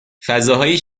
فضاهایی